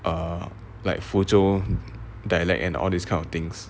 err like fuzhou dialect and all this kind of things